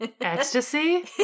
ecstasy